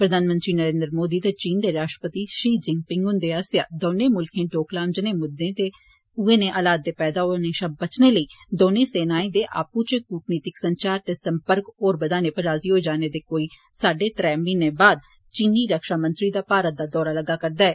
प्रधानमंत्री नरेन्द्र मोदी ते चीन दे राश्ट्रपति शि जिंपिग हुंदे आस्सेआ दोने मुल्खें डोकलाम जनेए मुद्दे ते उय्ये नेह् हालात दे पैदा शा होने शा बचने लेई दौनें सेनाएं दे आपु चै कूटनीतिक संचार ते संपर्क होर बघाने पर राजी होई जाने दे कोई साढ़े त्रै म्हीने बाद चीनी रक्षा मंत्री दा भारत दा दौरा लग्गा करदा ऐ